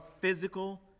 physical